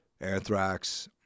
Anthrax